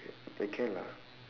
eh can lah